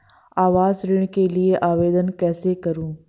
आवास ऋण के लिए आवेदन कैसे करुँ?